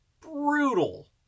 brutal